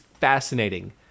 fascinating